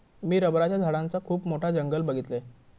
मी रबराच्या झाडांचा खुप मोठा जंगल बघीतलय